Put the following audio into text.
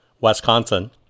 Wisconsin